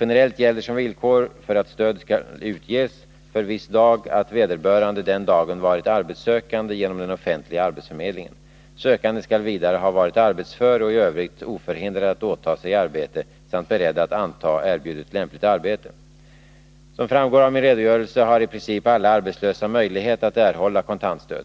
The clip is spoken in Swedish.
Generellt gäller som villkor för att stöd skall utges för viss dag att vederbörande den dagen varit arbetssökande genom den offentliga arbetsförmedlingen. Sökanden skall vidare har varit arbetsför och i övrigt oförhindrad att åta sig arbete samt beredd att anta erbjudet lämpligt arbete. Som framgår av min redogörelse har i princip alla arbetslösa möjlighet att erhålla kontantstöd.